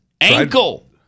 ankle